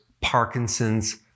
Parkinson's